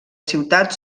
ciutat